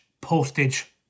postage